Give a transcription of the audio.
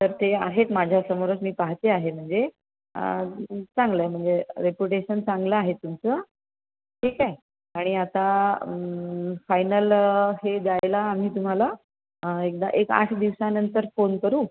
तर ते आहेत माझ्यासमोरच मी पाहते आहे म्हणजे आं चांगलं आहे म्हणजे रेपुटेशन चांगलं आहे तुमचं ठीक आहे आणि आता फायनल हे द्यायला आम्ही तुम्हाला अं एकदा एक आठ दिवसानंतर फोन करू